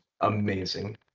Amazing